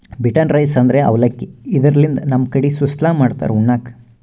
beaten rice ಅಂದ್ರ ಅವಲಕ್ಕಿ, ಇದರ್ಲಿನ್ದ್ ನಮ್ ಕಡಿ ಸುಸ್ಲಾ ಮಾಡ್ತಾರ್ ಉಣ್ಣಕ್ಕ್